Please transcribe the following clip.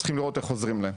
צריכים לראות את עוזרים להם.